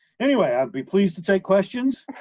anyway i'd be pleased to take questions,